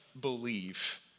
believe